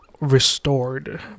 restored